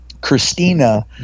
Christina